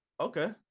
Okay